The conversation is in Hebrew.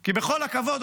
כי בכל הכבוד,